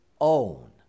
own